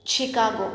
Chicago